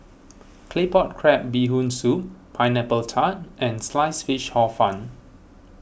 Claypot Crab Bee Hoon Soup Pineapple Tart and Sliced Fish Hor Fun